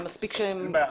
אין בעיה.